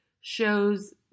shows